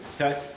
Okay